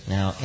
Now